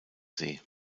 see